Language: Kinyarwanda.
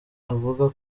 avuga